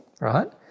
Right